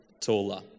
taller